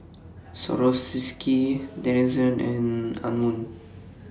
Swarovski Denizen and Anmum